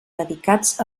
dedicats